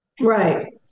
Right